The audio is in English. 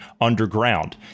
underground